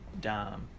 dime